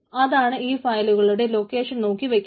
അതാണ് ഈ ഫയലുകളുടെ ലൊക്കേഷൻ നോക്കി വയ്ക്കുന്നത്